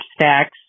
stacks